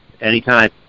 anytime